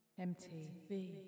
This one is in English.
MTV